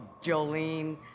Jolene